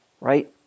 Right